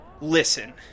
Listen